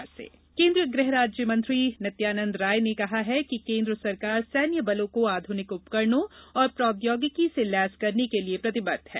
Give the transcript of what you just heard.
BSF केन्द्रीय गृह राज्य मंत्री नित्यानंद राय ने कहा है कि केन्द्र सरकार सैन्य बलों को आधुनिक उपकरणों और प्रौद्योगिकी से लैस करने के लिये प्रतिबद्ध है